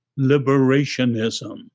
liberationism